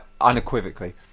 Unequivocally